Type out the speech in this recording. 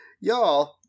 Y'all